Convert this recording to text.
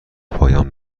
پایان